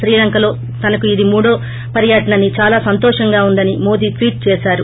శ్రీలంకలో తనకు ఇది మూడో పర్యటన అనిచాలా సంతోషంగా ఉందని మోదే ట్వీట్ చేశారు